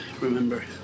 remember